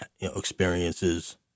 experiences